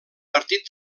partit